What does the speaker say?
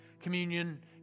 Communion